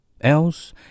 Else